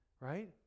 right